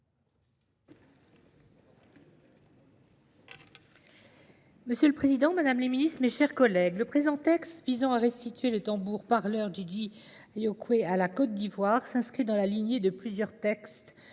Monsieur le Président, Madame les Ministres, mes chers collègues, le présent texte visant à restituer le tambour par l'heure d'Yidi Ayokoué à la Côte d'Ivoire s'inscrit dans la lignée de plusieurs textes,